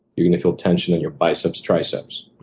you're gonna feel tension in your biceps, triceps.